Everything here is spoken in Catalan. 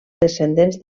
descendents